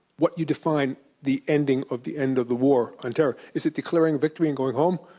what you define the ending of the end of the war on terror. is it declaring victory and going home?